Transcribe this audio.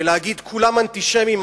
ולהגיד: כולם אנטישמים,